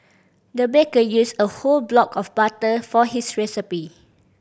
the baker used a whole block of butter for this recipe